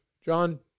John